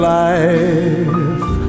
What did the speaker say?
life